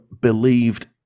believed